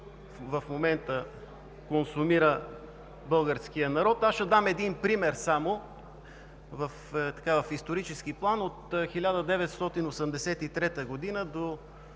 храна консумира българският народ. Аз ще дам един пример в исторически план. От 1983 г. до